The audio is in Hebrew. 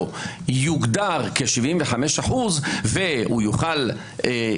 יוגדר כ-75% והוא יוכל לעבוד בעבודה נוספת,